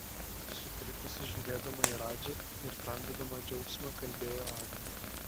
sutrikusi žiūrėdama į radži ir tramdydama džiaugsmą kalbėjo agnė